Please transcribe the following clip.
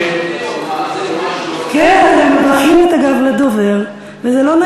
עשינו משהו לא בסדר?